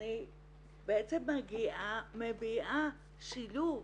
אני בעצם מביעה שילוב